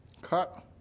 cut